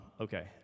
Okay